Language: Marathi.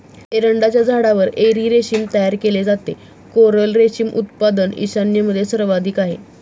एरंडाच्या झाडावर एरी रेशीम तयार केले जाते, कोरल रेशीम उत्पादन ईशान्येमध्ये सर्वाधिक आहे